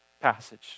passage